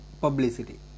publicity